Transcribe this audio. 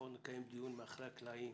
שצוות מקצועי גם בודק את העניין הזה,